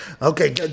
Okay